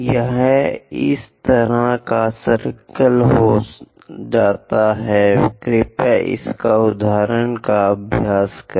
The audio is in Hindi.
यह इस तरह का सर्किल हो जाता है कृपया इस उदाहरण का अभ्यास करें